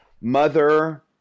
mother